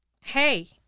hey